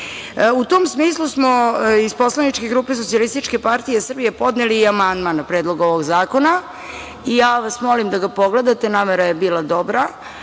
tom smislu smo iz poslaničke grupe Socijalističke partije Srbije podneli amandman na Predlog ovog zakona. Ja vas molim da ga pogledate. Namera je bila dobra.